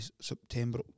September